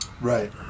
Right